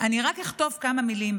"אני רק אכתוב כמה מילים,